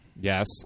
Yes